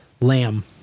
lamb